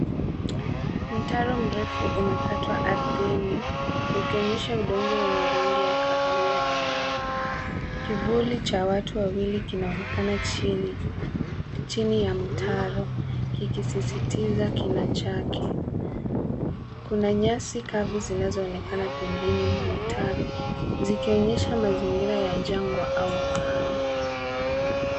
Mtaro mrefu umekatwa ardhini ukionyesha udongo wenye rangi ya kahawia na mawe. Kivuli cha watu wawili kinaonekana chini chini ya mtaro kikisisitiza kina chake. Kuna nyasi kavu zinazoonekana pembeni mwa mtaro zikionyesha mazingira ya jangwa au ukame.